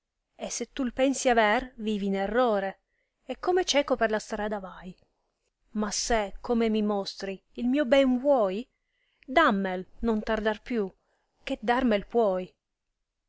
e se tu pensi aver vivi in errore e come cieco per la strada vai ma se come mi mostri il mio ben vuoi dammel non tardar più che dar nie'l puoi